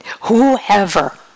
Whoever